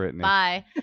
Bye